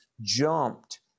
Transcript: jumped